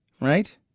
right